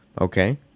okay